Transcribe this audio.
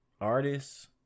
artists